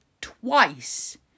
twice